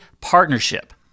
Partnership